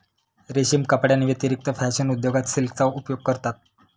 रेशीम कपड्यांव्यतिरिक्त फॅशन उद्योगात सिल्कचा उपयोग करतात